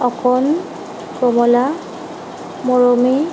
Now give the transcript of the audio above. অকণ কমলা মৰমী